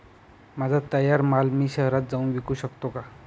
माझा तयार माल मी शहरात जाऊन विकू शकतो का?